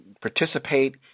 participate